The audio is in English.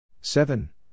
Seven